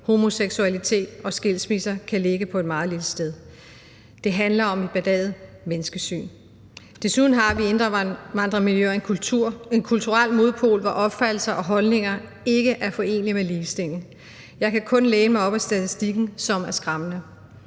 homoseksualitet og skilsmisser kan ligge på et meget lille sted. Det handler om et bedaget menneskesyn. Desuden har vi i indvandrermiljøer en kulturel modpol, hvor opfattelser og holdninger ikke er forenelige med ligestilling. Jeg kan kun læne mig op ad statistikken, som er skræmmende: